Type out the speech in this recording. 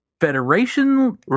Federation